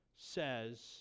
says